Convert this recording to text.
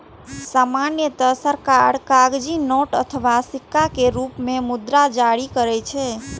सामान्यतः सरकार कागजी नोट अथवा सिक्का के रूप मे मुद्रा जारी करै छै